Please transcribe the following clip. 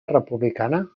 republicana